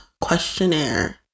questionnaire